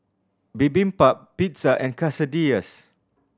Bibimbap Pizza and Quesadillas